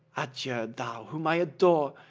adieu, thou whom i adore!